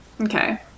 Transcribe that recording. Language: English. Okay